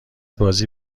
بازی